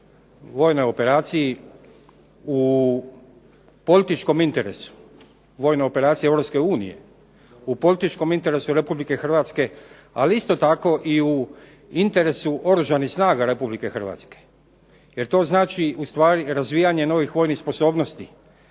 vojnoj operaciji u političkom interesu vojne operacije EU u političkom interesu RH, ali isto tako i u interesu Oružanih snaga RH jer to znači ustvari razvijanje novih vojnih sposobnosti.